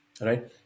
right